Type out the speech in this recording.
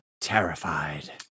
Terrified